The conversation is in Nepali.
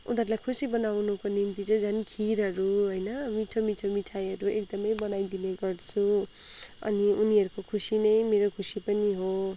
उीहरूलाई खुसी बनाउनुको निम्ति चाहिँ झन् खिरहरू होइन मिठो मिठो मिठाईहरू एकदमै बनाइदिने गर्छु अनि उनीहरको खुसी नै मेरो खुसी पनि हो